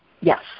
Yes